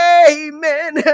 amen